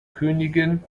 königin